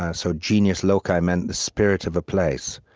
ah so genius loci meant the spirit of a place.